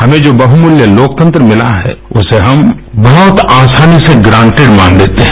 हमें जो बहुमूल्य लोकतंत्र मिला है उसे हम बहुत आसानीसे ग्रांटीड मान लेते हैं